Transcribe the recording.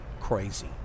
crazy